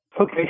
Okay